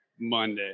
Monday